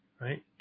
right